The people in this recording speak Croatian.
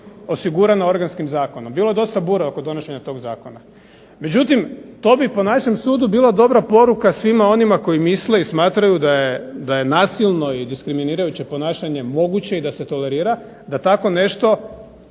osigurana Organskim zakonom. Bilo je dosta bure oko donošenja toga zakona. Međutim, to bi po našem sudu bila dobra poruka svima onima koji misle i smatraju da je nasilno i diskriminirajuće ponašanje moguće i da se tolerira, da tako nešto